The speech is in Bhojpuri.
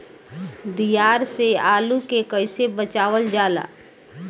दियार से आलू के कइसे बचावल जाला?